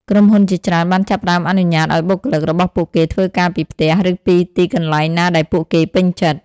ក្រុមហ៊ុនជាច្រើនបានចាប់ផ្តើមអនុញ្ញាតឱ្យបុគ្គលិករបស់ពួកគេធ្វើការពីផ្ទះ ឬពីទីកន្លែងណាដែលពួកគេពេញចិត្ត។